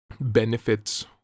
benefits